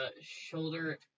Shoulder